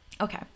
Okay